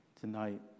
tonight